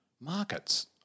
markets